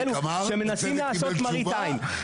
הם מנסים לעשות מראית עין.